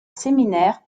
séminaires